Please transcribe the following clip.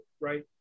right